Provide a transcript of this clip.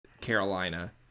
Carolina